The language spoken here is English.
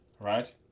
right